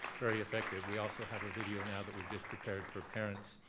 very effective. we also have a video now that we've just prepared for parents.